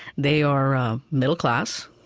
they are middle class,